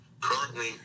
currently